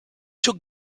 took